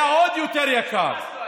היה עוד יותר יקר.